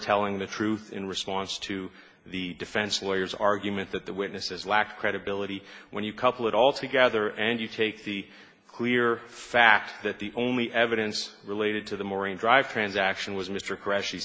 telling the truth in response to the defense lawyers argument that the witnesses lack credibility when you couple it all together and you take the clear fact that the only evidence related to the marine drive transaction was mr